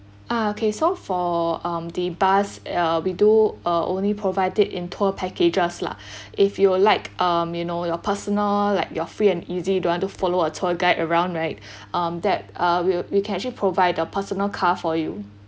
ah okay so for um the bus uh we do uh only provide it in tour packages lah if you like um you know you're personal like you're free and easy you don't want to follow a tour guide around right um that uh we'll we can actually provide a personal car for you